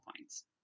points